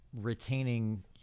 retaining